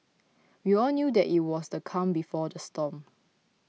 we all knew that it was the calm before the storm